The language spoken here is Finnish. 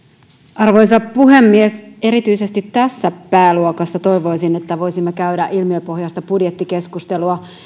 arvoisa puhemies toivoisin että erityisesti tässä pääluokassa voisimme käydä ilmiöpohjaista budjettikeskustelua